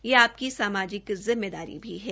यह आपकी समाजिक जिम्मेदारी भी है